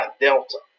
Delta